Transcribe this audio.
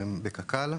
בקק"ל.